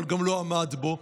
אבל גם לא עמד בו,